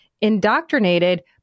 indoctrinated